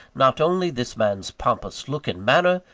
not only this man's pompous look and manner,